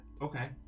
Okay